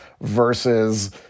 versus